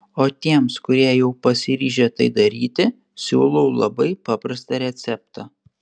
o tiems kurie jau pasiryžę tai daryti siūlau labai paprastą receptą